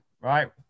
right